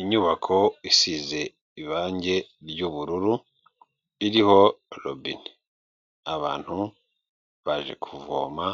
Inyubako isize irange ry'ubururu, ririho robine. Abantu baje kuvoma,